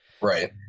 right